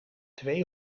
twee